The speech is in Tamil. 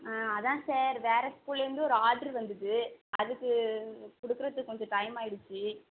அதான் சார் வேறு ஸ்கூல்லேருந்து ஒரு ஆர்ட்ரு வந்தது அதுக்கு கொடுக்குறத்துக்கு கொஞ்சம் டைம் ஆகிடுச்சி